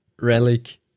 relic